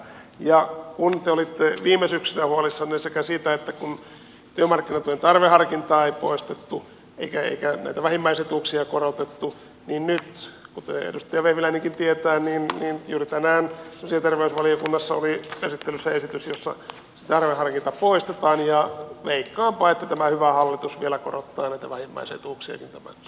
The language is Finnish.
kun te olitte viime syksynä huolissanne siitä että työmarkkinatuen tarveharkintaa ei poistettu eikä näitä vähimmäisetuuksia korotettu niin nyt kuten edustaja vehviläinenkin tietää juuri tänään sosiaali ja terveysvaliokunnassa oli käsittelyssä esitys jossa tarveharkinta poistetaan ja veikkaanpa että tämä hyvä hallitus vielä korottaa näitä vähimmäisetuuksiakin tämän kauden aikana